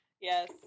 Yes